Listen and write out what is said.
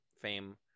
fame